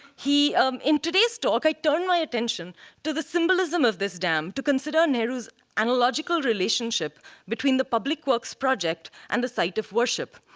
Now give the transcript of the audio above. um in today's talks i turn my attention to the symbolism of this dam to consider nehru's analogical relationship between the public works project, and the site of worship.